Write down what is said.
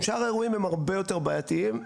שאר האירועים הם הרבה יותר בעייתיים,